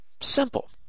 Simple